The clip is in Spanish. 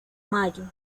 mayo